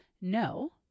no